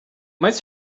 might